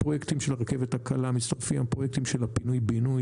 לפרויקטים של הרכבת הקלה מצטרפים הפרויקטים של הפינוי בינוי,